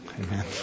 Amen